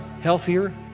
healthier